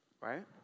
right